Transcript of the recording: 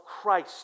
Christ